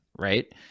right